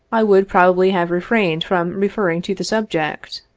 i would probably have refrained from referring to the subject.